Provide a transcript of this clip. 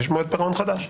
יש מועד פירעון חדש.